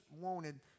wanted